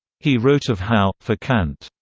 he wrote of how, for kant,